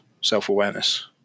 self-awareness